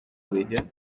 novicia